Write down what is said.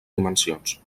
dimensions